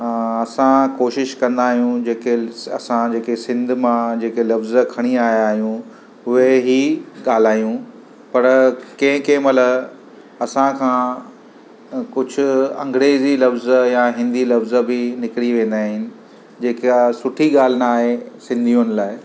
असां कोशिशि कंदा आहियूं जेके असां जेके सिंध मां जेके लफ़्ज़ खणी आयां आहियूं उहे ई ॻाल्हायूं पर कंहिं केमहिल असांखां कुझु अंग्रेजी लफ़्ज़ या हिंदी लफ़्ज़ बि निकिरी वेंदा आहिनि जेका सुठी ॻाल्हि न आहे सिंधियुनि लाइ